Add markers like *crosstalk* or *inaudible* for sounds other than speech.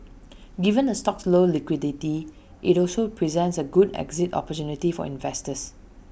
*noise* given the stock's low liquidity IT also presents A good exit opportunity for investors